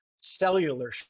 cellular